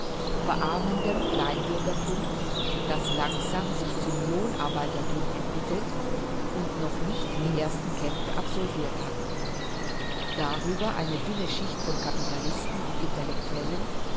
verarmendem kleinbürgertum das langsam sich zum lohnarbeitertum entwickelt und noch nicht die ersten kämpfe absolviert hat darüber eine dünne schicht von kapitalisten und intellektuellen